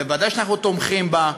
ודאי שאנחנו תומכים בה,